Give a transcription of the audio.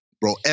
Bro